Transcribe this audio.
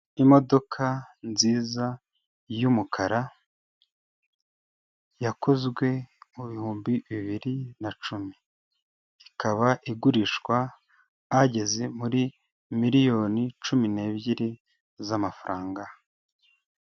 Imodoka nziza y'umukara yakozwe mu bihumbi bibiri na cumi, ikaba igurishwa ahageze muri miliyoni cumi n'ebyiri z'amafaranga.